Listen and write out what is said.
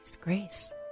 grace